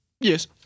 Yes